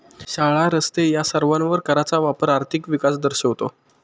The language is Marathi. शाळा, रस्ते या सर्वांवर कराचा वापर आर्थिक विकास दर्शवतो